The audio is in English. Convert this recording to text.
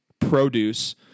produce